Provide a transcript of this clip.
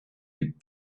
with